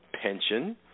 pension